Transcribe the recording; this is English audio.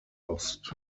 lost